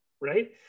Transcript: Right